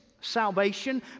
salvation